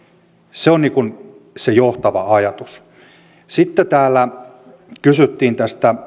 se on se johtava ajatus sitten täällä kysyttiin